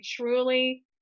truly